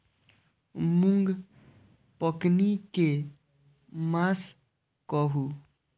मूँग पकनी के मास कहू?